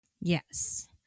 Yes